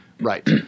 Right